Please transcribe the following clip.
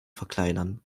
verkleinern